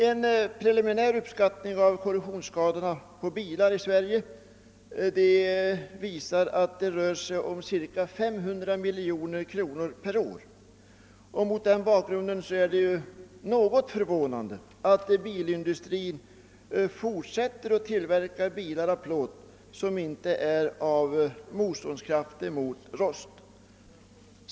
En preliminär uppskattning av korrosionsskadorna på bilar här i landet visar att det rör sig om ca 500 miljoner kronor per år. Det är därför något förvånande att bilindustrin fortsätter att tillverka bilar av plåt, som inte är motståndskraftig mot rost.